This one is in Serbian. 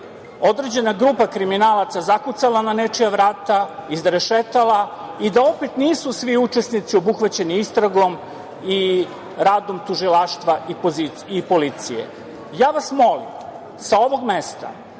određena grupa kriminalaca zakucala na nečija vrata, izrešetala i da opet nisu svi učesnici obuhvaćeni istragom i radom Tužilaštva i policije. Ja vas molim sa ovog mesta